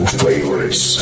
favorites